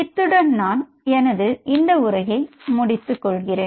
இத்துடன் நான் எனது உரையை முடித்து கொள்கிறேன்